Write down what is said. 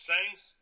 Saints